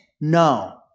no